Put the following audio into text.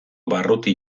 barruti